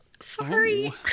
Sorry